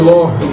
Lord